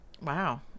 Wow